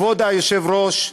כבוד היושב-ראש,